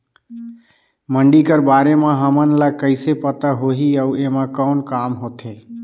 मंडी कर बारे म हमन ला कइसे पता होही अउ एमा कौन काम होथे?